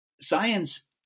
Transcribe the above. science